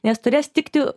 nes turės tiktai